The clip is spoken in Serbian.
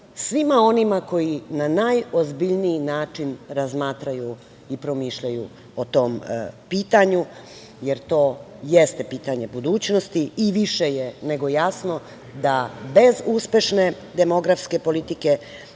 onima koji na najozbiljniji način razmatraju i promišljaju o tom pitanju, jer to jeste pitanje budućnosti, i više je nego jasno da bez uspešne demografske politike